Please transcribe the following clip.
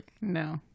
No